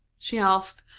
she asked,